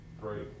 Great